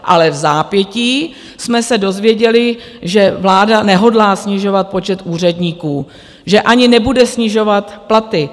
Ale vzápětí jsme se dozvěděli, že vláda nehodlá snižovat počet úředníků, že ani nebude snižovat platy.